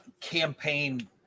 campaign